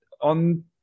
on